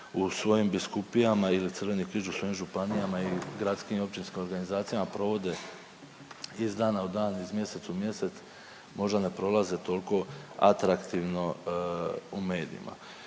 u svojim biskupijama ili Crveni križ u svojim županijama i gradskim i općinskim organizacijama provode iz dana u dan, iz mjeseca u mjesec, možda ne prolaze toliko atraktivno u medijima.